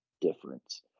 difference